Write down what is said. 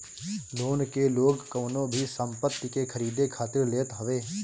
loan के लोग कवनो भी संपत्ति के खरीदे खातिर लेत हवे